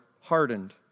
hardened